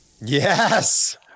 Yes